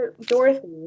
Dorothy